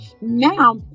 now